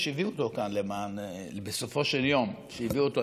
ושהביאו אותו בסופו של יום לכנסת,